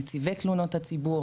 נציבי תלונות הציבור,